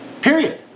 Period